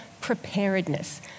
preparedness